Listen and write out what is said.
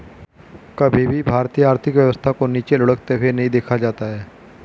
कभी भी भारतीय आर्थिक व्यवस्था को नीचे लुढ़कते हुए नहीं देखा जाता है